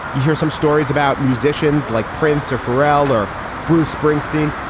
you hear some stories about musicians like prince or pharrell or bruce springsteen.